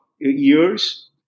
years